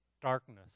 darkness